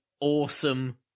awesome